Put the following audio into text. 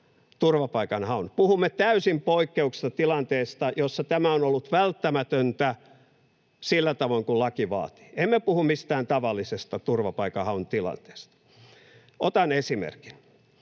Puhumme täysin poikkeuksellisesta tilanteesta, jossa tämä on ollut välttämätöntä, sillä tavoin kuin laki vaatii. Emme puhu mistään tavallisesta turvapaikanhaun tilanteesta. Otan esimerkin.